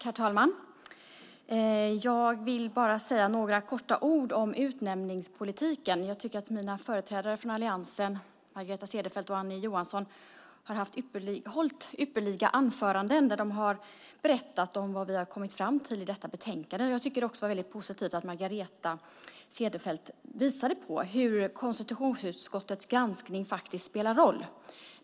Herr talman! Jag vill bara säga några få ord om utnämningspolitiken. Jag tycker att mina kolleger från alliansen, Margareta Cederfelt och Annie Johansson, har hållit ypperliga anföranden där de har berättat om vad vi har kommit fram till i detta betänkande. Jag tycker också att det var väldigt positivt att Margareta visade på hur konstitutionsutskottets granskning faktiskt spelar roll.